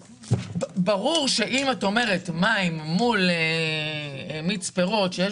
ברור שאם את מעמידה מים מול מיץ פירות שיש